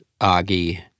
Augie